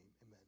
Amen